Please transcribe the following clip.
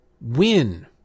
win